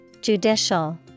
judicial